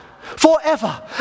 forever